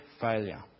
failure